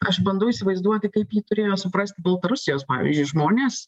aš bandau įsivaizduoti kaip jį turėjo suprasti baltarusijos pavyzdžiui žmonės